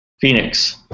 Phoenix